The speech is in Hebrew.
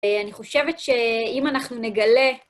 אני חושבת שאם אנחנו נגלה...